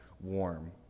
warm